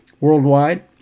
worldwide